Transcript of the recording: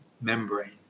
membrane